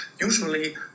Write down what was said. usually